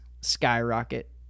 skyrocket